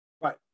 right